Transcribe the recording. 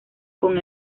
con